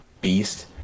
beast